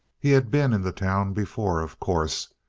he had been in the town before, of course.